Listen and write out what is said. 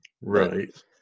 Right